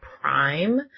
Prime